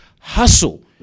hustle